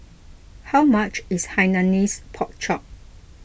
how much is Hainanese Pork Chop